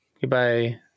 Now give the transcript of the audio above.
goodbye